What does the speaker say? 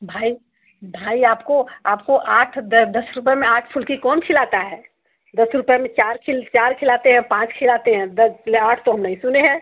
भाई ढाई आपको आपको आठ दस रुपये में आठ फुल्की कौन खिलाता है दस रुपये में चार खिल चार खिलाते है पाँच खिलाते है दस आठ तो हम नहीं सुने है